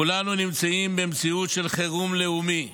כולנו נמצאים במציאות של חירום לאומי.